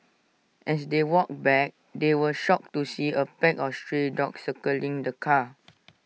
as they walked back they were shocked to see A pack of stray dogs circling the car